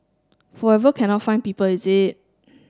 forever cannot find people is it